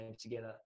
together